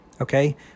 okay